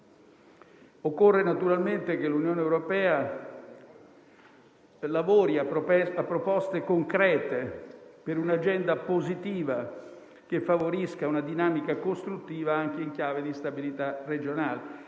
Occorre naturalmente che l'Unione europea lavori a proposte concrete per un'agenda positiva che favorisca una dinamica costruttiva anche in chiave di stabilità regionale.